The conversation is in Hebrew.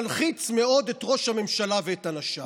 מלחיץ מאוד את ראש הממשלה ואת אנשיו.